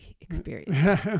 experience